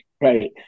right